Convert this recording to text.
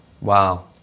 Wow